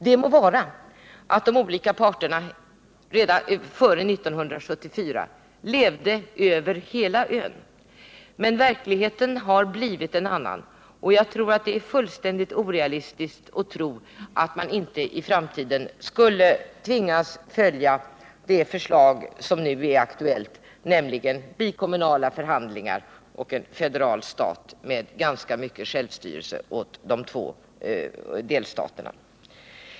Det må vara att de olika parterna redan före 1974 levde spridda över hela ön, men verkligheten är 98 i dag annorlunda. Jag anser att det är fullständigt orealistiskt att tro att man inte i framtiden måste välja det nu aktuella förslaget nämligen bikommunala förhandlingar och en federal stat med ganska mycket självstyrelse åt de två delstaterna.